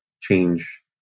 change